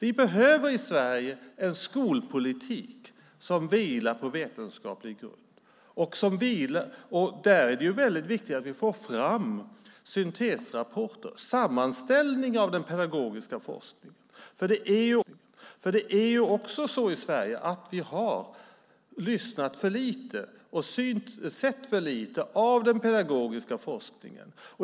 I Sverige behöver vi en skolpolitik som vilar på vetenskaplig grund. Det är viktigt att vi får fram syntesrapporter och en sammanställning av den pedagogiska forskningen. I Sverige har vi lyssnat för lite på och sett för lite av den pedagogiska forskningen.